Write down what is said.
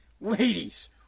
ladies